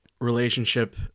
relationship